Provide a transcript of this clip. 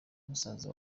musaza